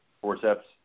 forceps